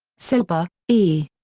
silber, e.